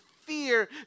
fear